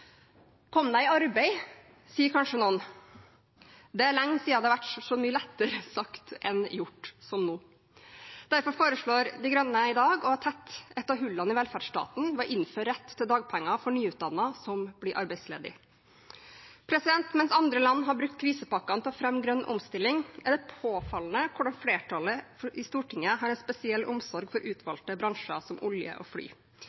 Kom deg i arbeid! sier kanskje noen. Det er lenge siden det har vært så mye lettere sagt enn gjort som nå. Derfor foreslår Miljøpartiet De Grønne i dag å tette et av hullene i velferdsstaten ved å innføre rett til dagpenger for nyutdannede som blir arbeidsledige. Mens andre land har brukt krisepakkene til å fremme grønn omstilling, er det påfallende hvordan flertallet i Stortinget har en spesiell omsorg for utvalgte bransjer, som olje og fly.